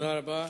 תודה רבה.